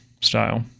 style